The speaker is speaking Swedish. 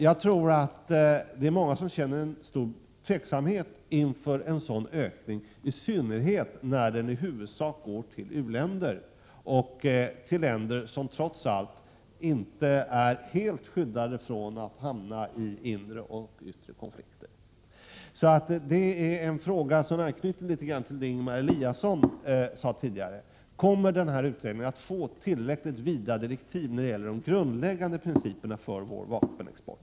Jag tror att många känner stor tveksamhet inför en sådan ökning, i synnerhet när den i huvudsak avser u-länder och länder som inte är helt skyddade från att hamna i inre och yttre konflikter. Detta anknyter litet grand till den fråga som Ingemar Eliasson ställde tidigare: Kommer utredningen att få tillräckligt vida direktiv när det gäller de grundläggande principerna för vår vapenexport?